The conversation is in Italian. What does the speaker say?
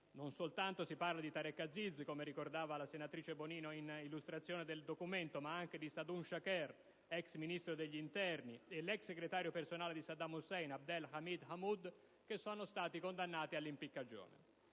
non si parla soltanto di Tareq Aziz, come ricordava la senatrice Bonino in illustrazione del documento, ma anche di Saadun Shaker, ex ministro dell'interno, e dell'ex segretario personale di Saddam Hussein, Abdel Hamid Hamud - che sono stati condannati all'impiccagione.